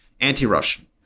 anti-Russian